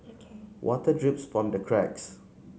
water drips from the cracks